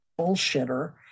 bullshitter